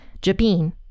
Jabin